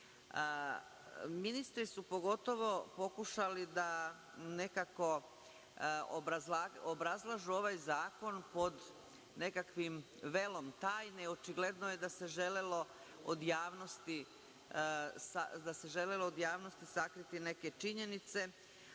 smisla. Ministri su pogotovo pokušali da nekako obrazlažu ovaj zakon pod nekakvim velikom tajne, očigledno je da se želelo od javnosti sakriti neke činjenice.